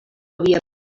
havia